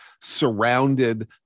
surrounded